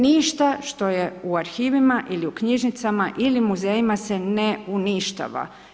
Ništa što je u arhivima ili u knjižnicama ili u muzejima se ne uništava.